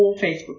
Facebook